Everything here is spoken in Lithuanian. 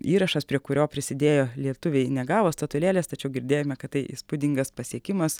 įrašas prie kurio prisidėjo lietuviai negavo statulėlės tačiau girdėjome kad tai įspūdingas pasiekimas